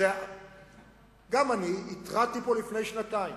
גם אני התרעתי פה לפני שנתיים